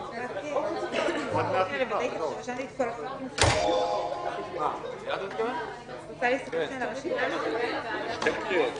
13:19.